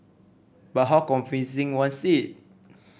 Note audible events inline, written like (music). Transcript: but how convincing was it (noise)